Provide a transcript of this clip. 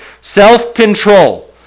self-control